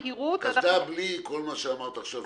קסדה בלי כל מה שאמרת עכשיו,